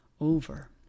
over